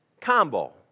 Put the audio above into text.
Combo